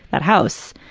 that house.